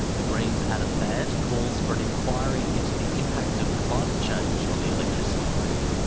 the greens' adam bandt calls for an inquiry into the impact of climate change on the electricity grid.